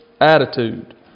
attitude